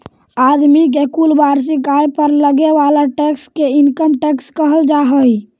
आदमी के कुल वार्षिक आय पर लगे वाला टैक्स के इनकम टैक्स कहल जा हई